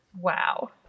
Wow